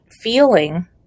feeling